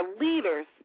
leaders